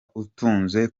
utunze